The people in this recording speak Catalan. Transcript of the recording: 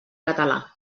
català